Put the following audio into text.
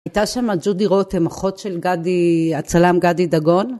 הייתה שמה ג'ודי רותם, האחות של גדי, הצלם גדי דגון